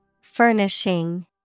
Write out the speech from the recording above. Furnishing